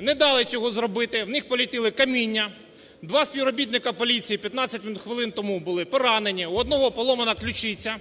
не дали цього зробити, в них полетіло каміння. Два співробітника поліції 15 хвилин тому були поранені, у одного була поломана ключиця.